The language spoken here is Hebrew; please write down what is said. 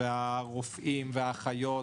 הרופאים האחיות,